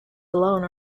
alone